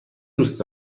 دوست